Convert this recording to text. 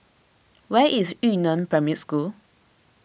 where is Yu Neng Primary School